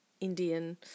Indian